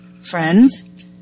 friends